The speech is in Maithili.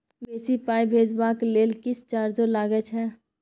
बेसी पाई भेजबाक लेल किछ चार्जो लागे छै?